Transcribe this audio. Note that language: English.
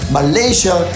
Malaysia